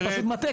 אתה פשוט מטעה,